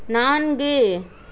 நான்கு